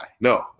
No